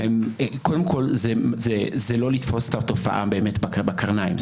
קודם כל זה לא לתפוס את התופעה באמת בקרניים.